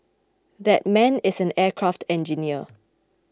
that man is an aircraft engineer